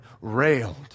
railed